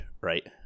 right